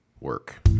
work